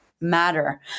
matter